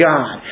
God